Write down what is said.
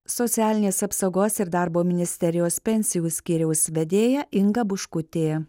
socialinės apsaugos ir darbo ministerijos pensijų skyriaus vedėja inga buškutė